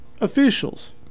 officials